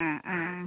ആ ആ